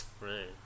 Right